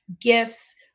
gifts